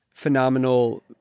Phenomenal